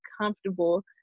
comfortable